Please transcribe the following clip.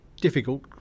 difficult